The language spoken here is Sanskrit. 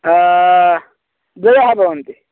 द्वयः भवन्ति